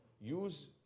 use